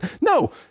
No